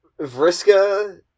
Vriska